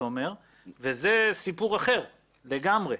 זה סיפור אחר לגמרי.